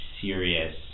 serious